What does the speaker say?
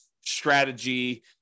strategy